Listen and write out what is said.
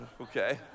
okay